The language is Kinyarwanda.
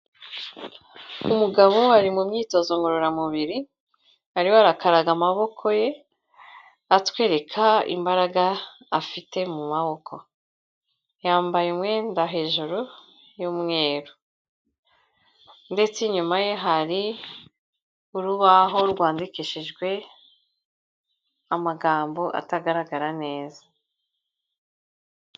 Umugabo ari mu myitozo ngororamubiri, arimo arakaraga amaboko ye atwereka imbaraga afite mu maboko. Yambaye umwenda hejuru y'umweru ndetse inyuma ye hari urubaho rwandikishijwe, amagambo atagaragara neza.